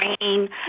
rain